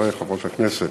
חברי וחברות הכנסת,